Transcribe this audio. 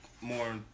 more